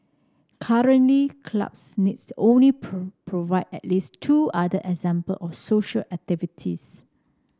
currently clubs needs the only provide at least two other example of social activities